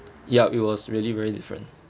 ya it was really very different